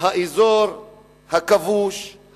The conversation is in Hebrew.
האזור הכבוש,